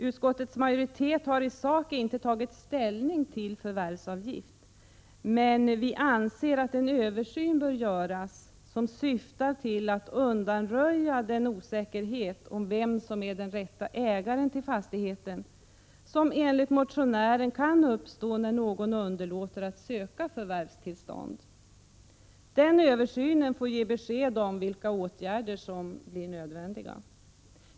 Utskottets majoritet har i sak inte tagit ställning till förvärvsavgift, men vi anser att en översyn bör göras, som syftar till att undanröja den osäkerhet om vem som är den rätta ägaren till fastigheten som enligt motionären kan uppstå när någon underlåter att söka förvärvstillstånd. Den översynen får ge besked om vilka åtgärder som är nödvändiga.